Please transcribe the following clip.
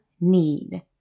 need